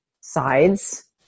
sides